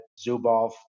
Zubov